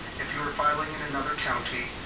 if you are filing in another county,